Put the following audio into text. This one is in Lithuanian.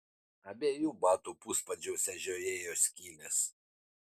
abiejų batų puspadžiuose žiojėjo skylės